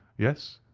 yes,